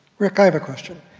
rick i have a question.